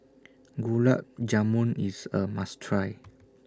Gulab Jamun IS A must Try